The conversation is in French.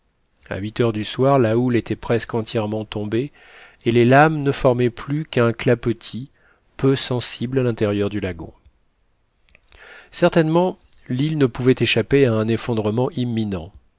à huit heures du soir la houle était presque entièrement tombée et les lames ne formaient plus qu'un clapotis peu sensible à l'intérieur du lagon certainement l'île ne pouvait échapper à un effondrement imminent